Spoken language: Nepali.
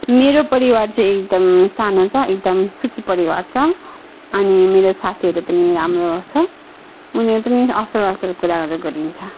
मेरो परिवार चाहिँ एकदम सानो छ एकदम सुखी परिवार छ अनि मेरो साथीहरू पनि राम्रो छ उनीहरू पनि असल असल कुराहरू गरिन्छ